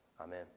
Amen